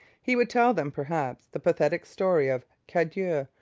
he would tell them, perhaps, the pathetic story of cadieux,